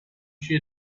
she